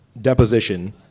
deposition